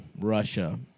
Russia